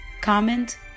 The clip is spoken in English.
comment